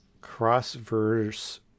Cross-verse